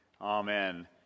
Amen